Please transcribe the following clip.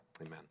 amen